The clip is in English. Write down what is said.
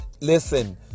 Listen